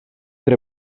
tre